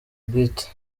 beat